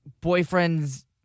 boyfriend's